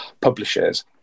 publishers